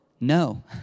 No